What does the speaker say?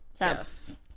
Yes